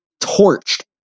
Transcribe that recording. torched